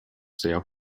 sehr